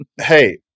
hey